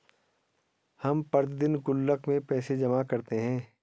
हम प्रतिदिन गुल्लक में पैसे जमा करते है